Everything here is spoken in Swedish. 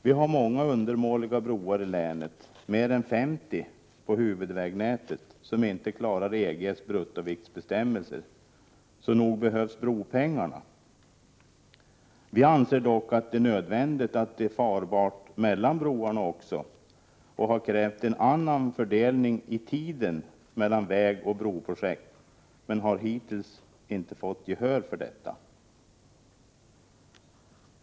Vi har många undermåliga broar i länet — mer än 50 på huvudvägnätet som inte klarar EG:s bruttoviktsbestämmelser — så nog behövs bropengarna. Vi anser dock att det är nödvändigt att vägen är farbar mellan broarna också och har därför krävt en annan fördelning i tiden mellan brooch vägprojekten, men hittills inte fått något gehör för detta. Herr talman!